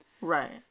right